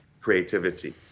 creativity